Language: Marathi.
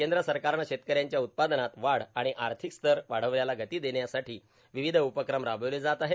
केंद्र सरकारनं शेतकऱ्यांच्या उत्पादनात वाढ आणि आर्थिक स्तर वाढवण्याला गती देण्यासाठी विविध उपक्रम राबविले जात आहेत